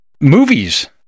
movies